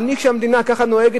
אבל כשהמדינה ככה נוהגת,